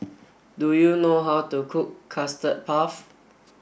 do you know how to cook custard puff